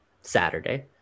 Saturday